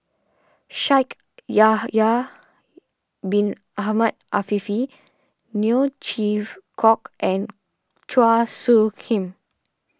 Shaikh Yahya Bin Ahmed Afifi Neo Chwee Kok and Chua Soo Khim